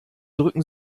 drücken